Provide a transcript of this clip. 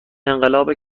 انقلاب